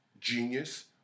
genius